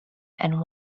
and